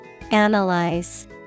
Analyze